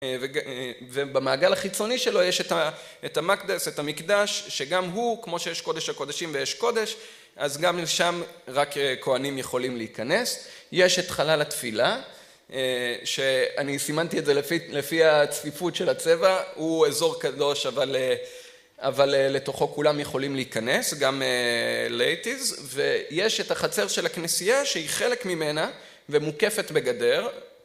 ובמעגל החיצוני שלו יש את המקדס, את המקדש, שגם הוא, כמו שיש קודש הקודשים ויש קודש, אז גם שם רק כהנים יכולים להיכנס. יש את חלל התפילה, שאני סימנתי את זה לפי הצפיפות של הצבע, הוא אזור קדוש, אבל לתוכו כולם יכולים להיכנס, גם לייטיז, ויש את החצר של הכנסייה, שהיא חלק ממנה, ומוקפת בגדר.